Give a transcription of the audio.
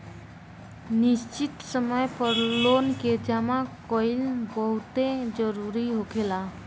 निश्चित समय पर लोन के जामा कईल बहुते जरूरी होखेला